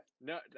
no